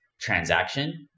transaction